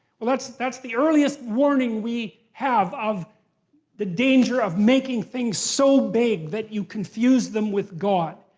well that's that's the earliest warning we have of the danger of making things so vague that you confuse them with god.